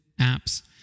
apps